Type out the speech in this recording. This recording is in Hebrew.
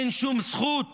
אין שום זכות